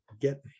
get